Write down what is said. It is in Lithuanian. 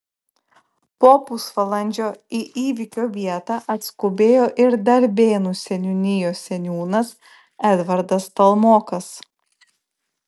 po pusvalandžio į įvykio vietą atskubėjo ir darbėnų seniūnijos seniūnas edvardas stalmokas